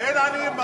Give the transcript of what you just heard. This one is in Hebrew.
אין עניים.